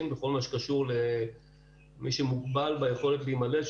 בכל מה שקשור למי שמוגבל ביכולת להימלט,